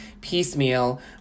piecemeal